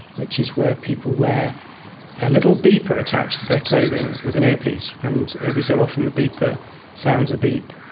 which is where people wear a little beeper attached to their clothing with an earpiece, and every so often the beeper sounds a beep,